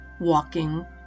Walking